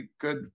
good